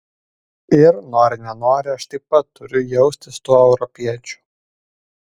ir nori nenori aš taip pat turiu jaustis tuo europiečiu